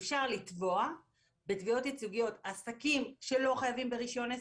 אפשר לתבוע בתביעות ייצוגיות עסקים שלא חייבים ברישיון עסק,